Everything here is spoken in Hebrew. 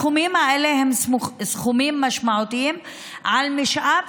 הסכומים האלה הם סכומים משמעותיים על משאב